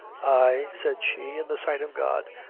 ay. said she, in the sight of god,